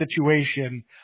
situation